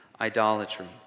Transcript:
idolatry